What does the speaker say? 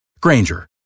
Granger